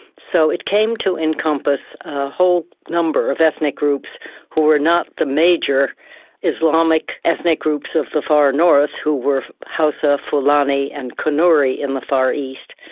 so it came to encompass a whole number of ethnic groups who were not the major islamic ethnic groups of the far north who were hausa, pulani, and qanawuri, in the far east.